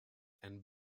and